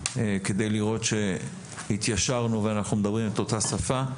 כדי לראות שהתיישרנו ואנחנו מדברים את אותה שפה,